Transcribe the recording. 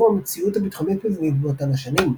המציאות הביטחונית-מדינית באותן השנים.